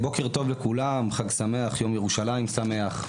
בוקר טוב לכולם, חג שמח, יום ירושלים שמח.